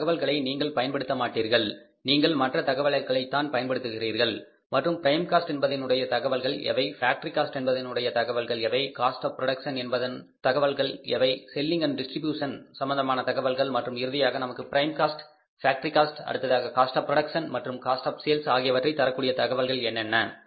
இந்த தகவல்களை நீங்கள் பயன்படுத்த மாட்டீர்கள் நீங்கள் மற்ற தகவல்களைதான் பயன்படுத்துகிறீர்கள் மற்றும் பிரைம் காஸ்ட் என்பதின்னுடைய தகவல்கள் எவை ஃபேக்டரி காஸ்ட் என்பதின்னுடைய தகவல்கள் எவை காஸ்ட் ஆஃ புரோடக்சன் என்பதற்கு தேவையான தகவல்கள் எவை selling and distribution Selling Distribution சம்பந்தமான தகவல்கள் மற்றும் இறுதியாக நமக்கு பிரைம் காஸ்ட் ஃபேக்டரி காஸ்ட் அடுத்ததாக காஸ்ட் ஆஃ புரோடக்சன் மற்றும் காஸ்ட் ஆப் சேல்ஸ் ஆகியவற்றை தரக்கூடிய தகவல்கள் என்னென்ன